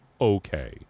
Okay